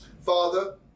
Father